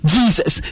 Jesus